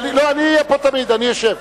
לא, אני אהיה פה תמיד, אני אשב.